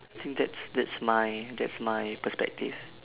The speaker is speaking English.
think that's that's my that's my perspective